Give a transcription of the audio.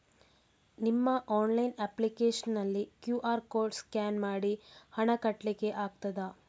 ನಿಮ್ಮ online application ನಲ್ಲಿ QR code scan ಮಾಡಿ ಹಣ ಕಟ್ಲಿಕೆ ಆಗ್ತದ?